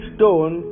Stone